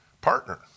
partner